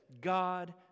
God